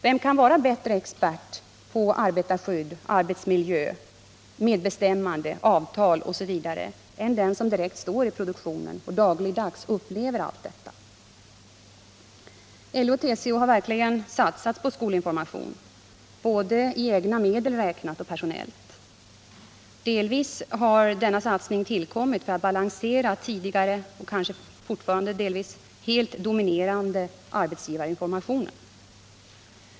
Vem kan vara bättre expert på arbetarskydd, arbetsmiljö, medbestämmande, avtal osv. än den som direkt står i produktionen och dagligdags upplever allt detta? LO och TCO har verkligen satsat på skolinformation, både i egna medel räknat och personellt. Delvis har denna satsning tillkommit för att balansera den tidigare — och kanske delvis fortfarande — helt dominerande arbetsgivarinformationen.